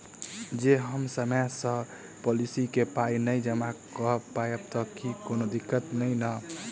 जँ हम समय सअ पोलिसी केँ पाई नै जमा कऽ पायब तऽ की कोनो दिक्कत नै नै?